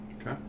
Okay